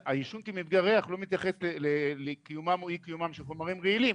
העישון כמפגע ריח לא מתייחס לקיומם או אי קיומם של חומרים רעילים,